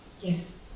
Yes